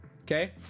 Okay